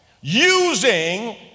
using